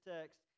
text